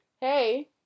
hey